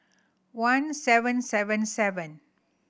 one seven seven seven